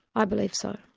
i believe so.